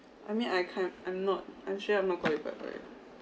I mean I can't I'm not I'm sure I'm not qualified for it